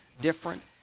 different